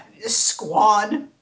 squad